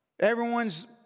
Everyone's